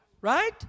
Right